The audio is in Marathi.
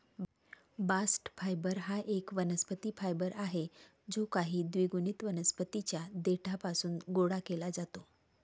बास्ट फायबर हा एक वनस्पती फायबर आहे जो काही द्विगुणित वनस्पतीं च्या देठापासून गोळा केला जातो